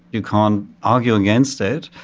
you can't argue against it,